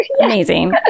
Amazing